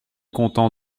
content